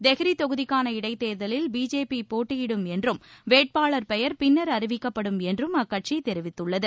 தெக்ரிதொகுதிக்காள இடைத்தேர்தலில் பிஜேபிபோட்டியிடும் என்றும் வேட்பாளர் பெயர் பின்னர் அறிவிக்கப்படும் என்றுஅக்கடசிதெரிவித்துள்ளது